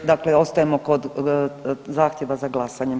I dakle ostajemo kod zahtjeva za glasanjem.